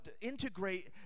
integrate